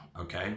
okay